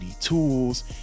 tools